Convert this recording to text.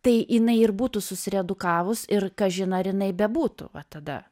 tai jinai ir būtų susiredukavus ir kažin ar jinai bebūtų va tada